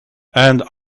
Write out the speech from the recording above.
and